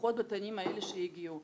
לפחות בתנים האלה שהגיעו.